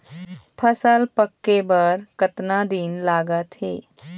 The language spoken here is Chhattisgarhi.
फसल पक्के बर कतना दिन लागत हे?